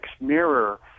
mirror